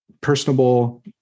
personable